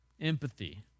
empathy